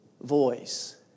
voice